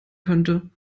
könnte